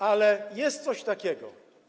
Ale jest coś takiego.